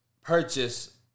purchase